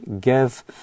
give